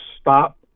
stop